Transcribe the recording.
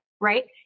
right